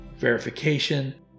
verification